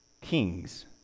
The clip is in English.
kings